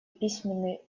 письменный